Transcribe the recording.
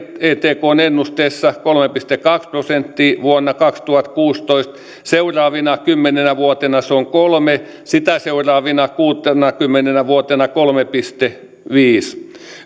etkn ennusteessa kolme pilkku kaksi prosenttia vuonna kaksituhattakuusitoista seuraavina kymmenenä vuotena se on kolme sitä seuraavina kuutenakymmenenä vuotena kolme pilkku viisi